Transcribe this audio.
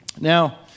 Now